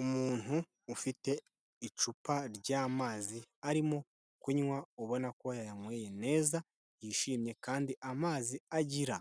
Umuntu ufite icupa ry'amazi arimo kunywa ubona ko yayanyweye neza yishimye kandi amazi agira